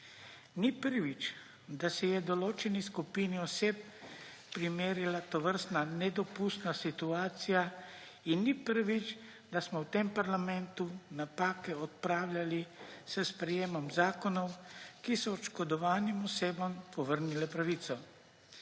Ni prvič, da se je določeni skupini oseb primerila tovrstna nedopustna situacija, in ni prvič, da smo v tem parlamentu napake odpravljali s sprejetjem zakonov, ki so oškodovanim osebam povrnili pravico.